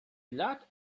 lot